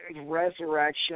resurrection